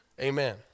Amen